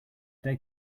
day